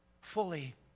fully